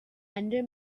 under